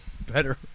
better